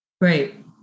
Right